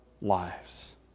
lives